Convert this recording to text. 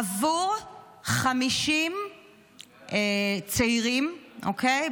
עבור 50 צעירים, אוקיי?